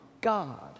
God